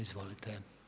Izvolite.